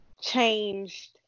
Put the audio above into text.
changed